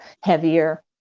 heavier